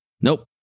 Nope